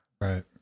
right